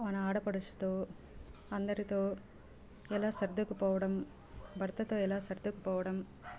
మన ఆడపడుచుతో అందరితో ఎలా సర్దుకుపోవడం భర్తతో ఎలా సర్దుకుపోవడం